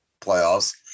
playoffs